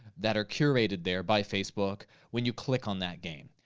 that are curated there by facebook when you click on that game.